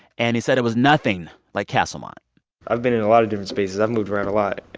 and he said it was nothing like castlemont i've been in a lot of different spaces. i've moved around a lot.